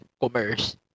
commerce